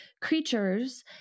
creatures